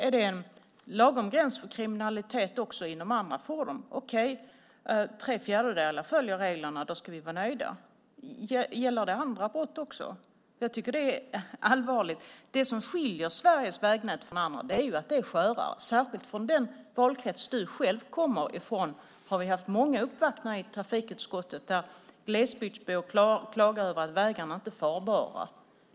Är det en lagom gräns för kriminalitet också för andra fordon? Okej, tre fjärdedelar följer reglerna. Då ska vi vara nöjda. Gäller det andra brott också? Jag tycker att det är allvarligt. Det som skiljer Sveriges vägnät från andra länders är att det är skörare. Särskilt från den valkrets som Ulla Löfgren representerar har vi i trafikutskottet haft många uppvaktningar där glesbygdsbor klagat över att vägarna inte är farbara.